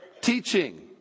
Teaching